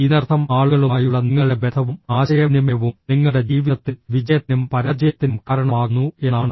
ഇതിനർത്ഥം ആളുകളുമായുള്ള നിങ്ങളുടെ ബന്ധവും ആശയവിനിമയവും നിങ്ങളുടെ ജീവിതത്തിൽ വിജയത്തിനും പരാജയത്തിനും കാരണമാകുന്നു എന്നാണ്